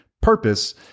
purpose